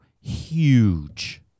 huge